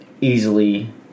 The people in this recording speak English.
easily